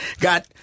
got